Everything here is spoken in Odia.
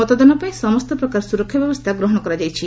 ମତଦାନ ପାଇଁ ସମସ୍ତ ପ୍ରକାର ସୁରକ୍ଷା ବ୍ୟବସ୍ଥା ଗ୍ରହଣ କରାଯାଇଛି